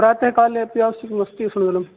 प्रातःकाले अपि आवश्यकमस्ति उष्णं जलं